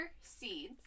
seeds